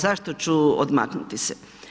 Zašto ću odmaknuti se?